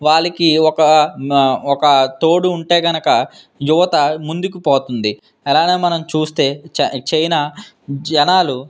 వాళ్ళకి ఒక ఒక తోడు ఉంటే కనుక యువత ముందుకు పోతుంది అలానే మనం చూస్తే చైనా జనాలు